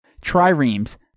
Triremes